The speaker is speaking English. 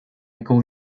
call